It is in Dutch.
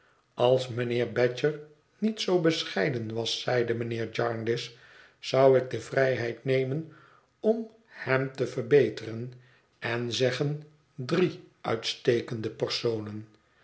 als mijnheer badger niet zoo bescheiden was zeide mijnheer jarndyce zou ik de vrijheid nemen om hem te verbeteren en zeggen drie uitstekende personen